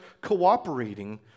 cooperating